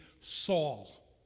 Saul